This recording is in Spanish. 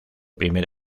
primer